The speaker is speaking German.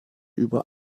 über